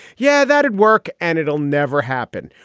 yeah, that'd work and it'll never happen.